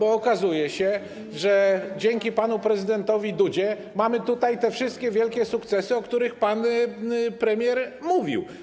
Okazuje się, że dzięki panu prezydentowi Dudzie mamy te wszystkie wielkie sukcesy, o których pan premier mówił.